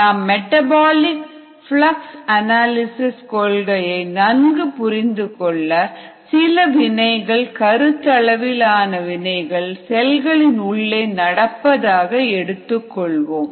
நாம் metabolic flux analysis கொள்கையை நன்கு புரிந்துகொள்ள சில வினைகள் கருத்தளவில் ஆன வினைகள் செல்களின் உள்ளே நடப்பதாக எடுத்துக்கொள்வோம்